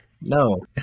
no